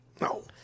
No